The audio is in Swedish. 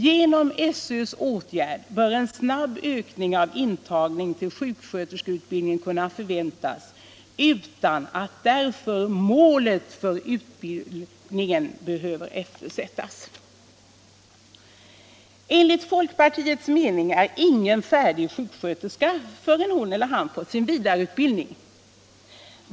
”Genom SÖ:s åtgärd bör en snabb ökning av intagningen till sjuksköterskeutbildningen kunna förväntas utan att därför målet för utbildningen behöver eftersättas.” Enligt folkpartiets mening är ingen färdig sjuksköterska förrän hon elter han fått sin vidareutbildning.